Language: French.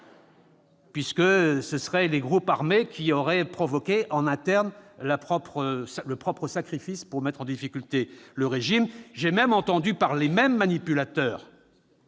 eux-mêmes ! Les groupes armés auraient organisé en interne leur propre sacrifice pour mettre en difficulté le régime. J'ai même entendu par les mêmes manipulateurs